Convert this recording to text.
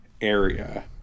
area